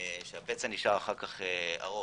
הפצע נשאר אחר כך ארוך.